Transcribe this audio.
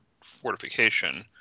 fortification